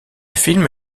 film